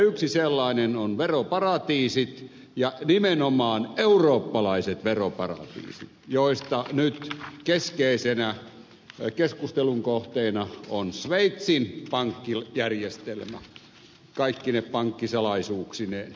yksi sellainen on veroparatiisit ja nimenomaan eurooppalaiset veroparatiisit joista nyt keskeisenä keskustelun kohteena on sveitsin pankkijärjestelmä kaikkine pankkisalaisuuksineen